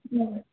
हजुर